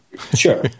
Sure